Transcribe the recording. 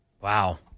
Wow